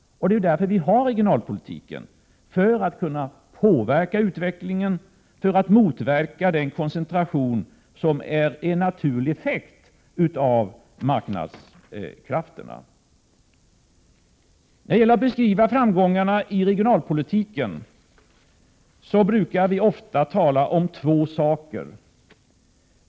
Det är därför vi har regionalpolitiken — för att kunna påverka utvecklingen och motverka den koncentration som är en naturlig effekt av marknadskrafterna. När vi beskriver framgångarna i regionalpolitiken brukar vi ofta tala om två saker.